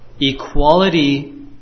equality